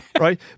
right